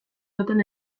duten